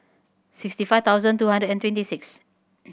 sixty five thousand two hundred and twenty six